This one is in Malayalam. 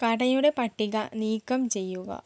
കടയുടെ പട്ടിക നീക്കം ചെയ്യുക